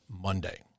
Monday